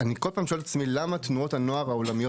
כל פעם אני שואל את עצמי למה תנועות הנוער העולמיות